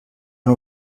nou